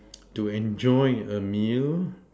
to enjoy a meal